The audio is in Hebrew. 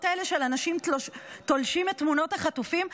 האלה של אנשים תולשים את תמונות החטופים?